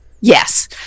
Yes